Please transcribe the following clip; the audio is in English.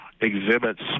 exhibits